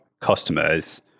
customers